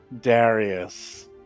Darius